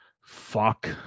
Fuck